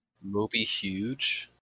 Moby-Huge